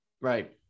right